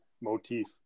motif